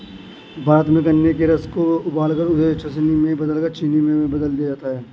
भारत में गन्ने के रस को उबालकर उसे चासनी में बदलकर चीनी में बदल दिया जाता है